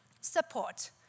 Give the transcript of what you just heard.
Support